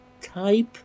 type